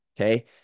Okay